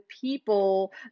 people